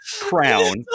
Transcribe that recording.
crown